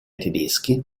tedeschi